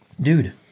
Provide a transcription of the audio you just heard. Dude